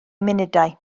munudau